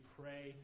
pray